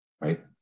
right